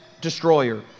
destroyer